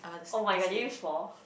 [oh]-my-god did you fall